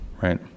right